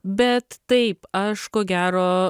bet taip aš ko gero